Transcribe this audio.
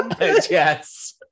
Yes